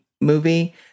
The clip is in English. movie